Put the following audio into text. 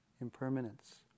impermanence